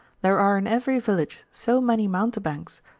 there are in every village so many mountebanks,